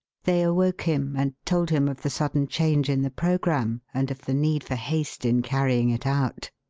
they awoke him and told him of the sudden change in the programme and of the need for haste in carrying it out.